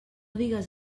digues